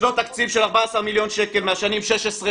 ישנו תקציב של 14 מיליון שקל מהשנים 16',